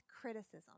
criticism